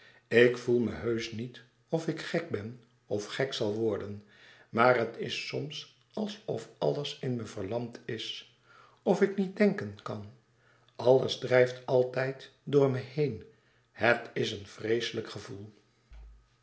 ik voel me heusch niet of ik gek ben of gek zal worden maar het is soms alsof alles in me verlamd is of ik niet denken kan alles drijft altijd door me heen het is een vreeslijk gevoel